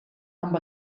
amb